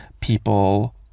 people